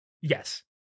Yes